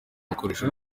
bakoresha